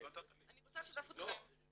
אני רוצה לשתף אתכם